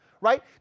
right